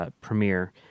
premiere